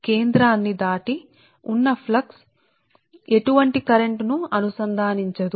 కాబట్టి అదేవిధంగా conductor 2 flux మొత్తం కేంద్రం కింద కేంద్రానికి మించి ఏ కరెంట్ను లింక్ చేయదు